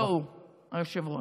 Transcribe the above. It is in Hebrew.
לא הוא, היושב-ראש.